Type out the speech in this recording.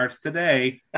today